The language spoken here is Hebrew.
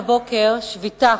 מהבוקר יש שביתה